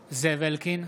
בעד זאב אלקין,